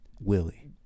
Willie